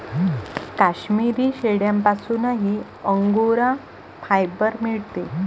काश्मिरी शेळ्यांपासूनही angora fibre मिळते